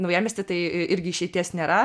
naujamiestį tai irgi išeities nėra